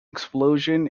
explosion